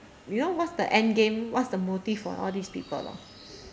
you know what's the endgame what's the motive for all these people lor